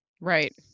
Right